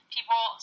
people